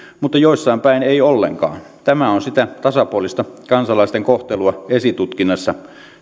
mutta jossain päin ei ollenkaan tämä on sitä tasapuolista kansalaisten kohtelua esitutkinnassa